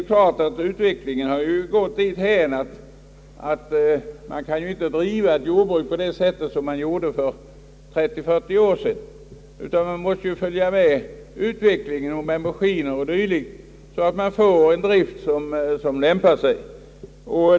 Utvecklingen har gått dithän att man inte kan driva ett jordbruk på samma sätt som man gjorde för 30, 40 år sedan, utan jordbrukarna måste följa med utvecklingen i fråga om maskiner och dylikt så att de får en ändamålsenlig driftform.